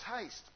taste